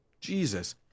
Jesus